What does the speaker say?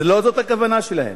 לא זאת הכוונה שלהם.